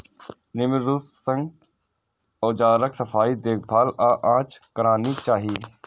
नियमित रूप सं औजारक सफाई, देखभाल आ जांच करना चाही